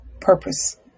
purpose